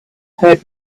heard